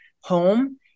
home